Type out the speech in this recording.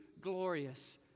glorious